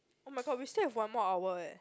oh-my-god we still have one more hour eh